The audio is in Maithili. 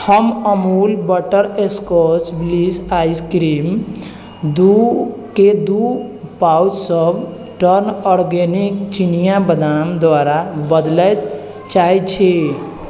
हम अमूल बटरस्कॉच ब्लिस आइसक्रीम दू के दू पाउचसभ टर्न आर्गेनिक चिनिया बदाम द्वारा बदलैत चाहैत छी